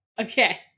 Okay